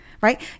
right